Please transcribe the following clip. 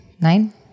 Nine